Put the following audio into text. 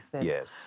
Yes